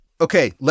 Okay